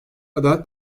adalet